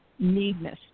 needness